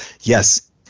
yes